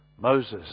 Moses